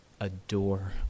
adore